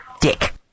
Dick